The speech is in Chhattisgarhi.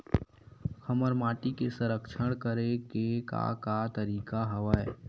हमर माटी के संरक्षण करेके का का तरीका हवय?